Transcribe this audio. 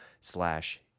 slash